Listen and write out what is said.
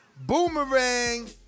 Boomerang